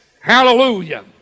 Hallelujah